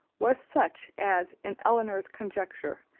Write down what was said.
was such, as, in elinor's conjecture,